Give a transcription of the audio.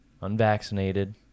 unvaccinated